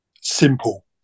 simple